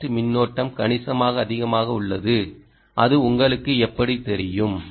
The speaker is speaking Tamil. ரெஸ்ட் மின்னோட்டம் கணிசமாக அதிகமாக உள்ளது அது உங்களுக்கு எப்படி தெரியும்